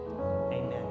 amen